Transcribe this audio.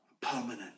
permanent